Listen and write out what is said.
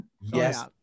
yes